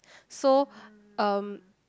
so um